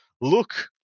Look